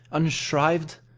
unshrived?